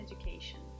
education